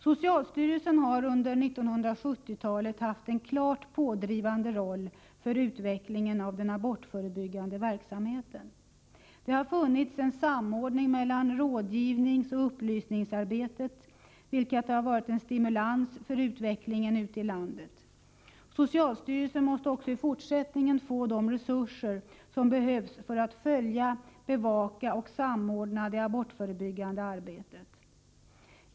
Socialstyrelsen har under 1970-talet haft en klart pådrivande roll för utvecklingen av den abortförebyggande verksamheten. Det har funnits en samordning mellan rådgivningsoch upplysningsarbetet, vilket har varit en stimulans för utvecklingen ute i landet. Socialstyrelsen måste också i fortsättningen få de resurser som behövs för att följa, bevaka och samordna det abortförebyggande arbetet.